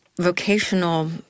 vocational